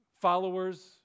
followers